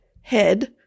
head